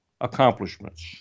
accomplishments